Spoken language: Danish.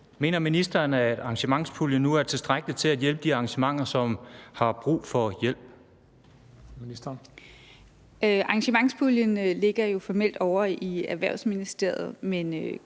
Mener ministeren, at arrangementspuljen nu er tilstrækkelig til at hjælpe de arrangementer, som har brug for hjælp? Kl. 20:37 Den fg. formand (Christian Juhl): Ministeren.